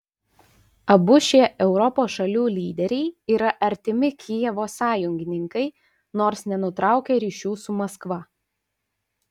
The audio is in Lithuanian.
abu šie europos šalių lyderiai yra artimi kijevo sąjungininkai nors nenutraukia ryšių su maskva